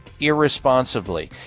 irresponsibly